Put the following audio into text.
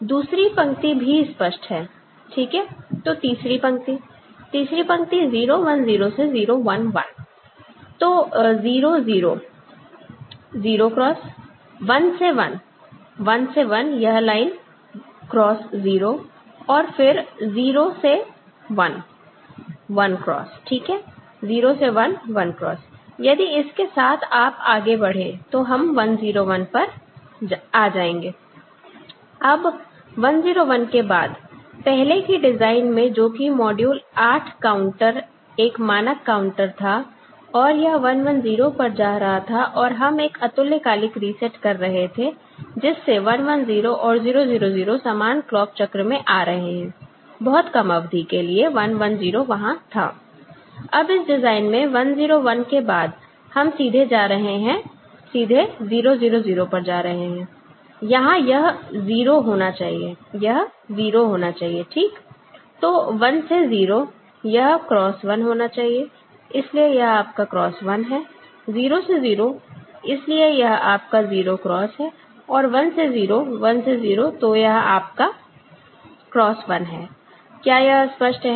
दूसरी पंक्ति भी स्पष्ट है ठीक है तो तीसरी पंक्ति तीसरी पंक्ति 0 1 0 से 0 1 1 तो 0 0 0 क्रॉस 1 से 1 1 से 1 यह लाइन क्रॉस 0 और फिर 0 से 1 1 क्रॉस ठीक है 0 से 1 1 क्रॉस यदि इसके साथ आप आगे बढ़े तो हम 1 0 1 पर आ जाएंगे अब 1 0 1 के बाद पहले की डिजाइन में जो कि मॉड्यूल 8 काउंटर एक मानक काउंटर था और यह 1 1 0 पर जा रहा था और हम एक अतुल्यकालिक रीसेट कर रहे थे जिस से 1 1 0 और 0 0 0 समान क्लॉक चक्र में आ रहे हैं बहुत कम अवधि के लिए 1 1 0 वहां था अब इस डिजाइन में 1 0 1 के बाद हम सीधे जा रहे हैं सीधे 0 0 0 पर जा रहे हैं यहां यह 0 होना चाहिए यह 0 होना चाहिए ठीक तो 1 से 0 यह क्रॉस 1 होना चाहिए इसलिए यह आपका क्रॉस 1 है 0 से 0 इसलिए यह आपका 0 क्रॉस है और 1 से 0 1से 0 तो यह आपका क्रॉस 1 है क्या यह स्पष्ट है